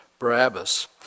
Barabbas